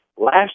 Last